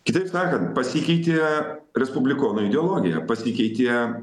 kitaip sakan pasikeitė respublikonų ideologija pasikeitė